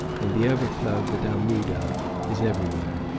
and the overflow of the dammoodah is everywhere.